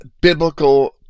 biblical